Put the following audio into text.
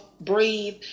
breathe